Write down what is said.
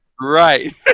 Right